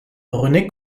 rené